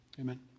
Amen